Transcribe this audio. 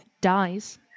dies